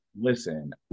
listen